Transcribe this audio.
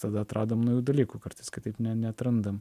tada atradom naujų dalykų kartais kitaip neatrandam